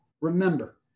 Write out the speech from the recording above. Remember